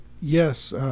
yes